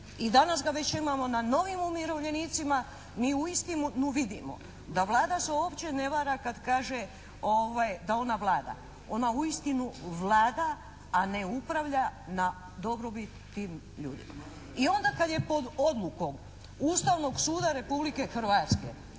i danas ga već imamo na novim umirovljenicima mi uistinu vidimo da Vlada se uopće ne vara kad kaže da ona vlada. Ona uistinu vlada a ne upravlja na dobrobit tim ljudima. I onda kad je pod odlukom Ustavnog suda Republike Hrvatske